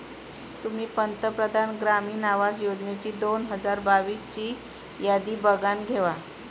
तुम्ही पंतप्रधान ग्रामीण आवास योजनेची दोन हजार बावीस ची यादी बघानं घेवा